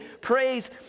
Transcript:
Praise